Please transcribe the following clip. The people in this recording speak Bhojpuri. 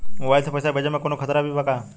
मोबाइल से पैसा भेजे मे कौनों खतरा भी बा का?